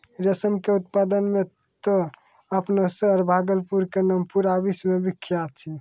रेशम के उत्पादन मॅ त आपनो शहर भागलपुर के नाम पूरा विश्व मॅ विख्यात छै